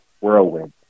whirlwind